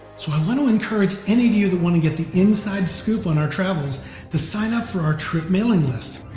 so i want to encourage any of you that want to get the inside scoop on our travels to sign up for our trip mailing list.